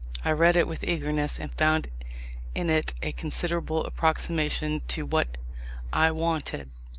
i read it with eagerness, and found in it a considerable approximation to what i wanted.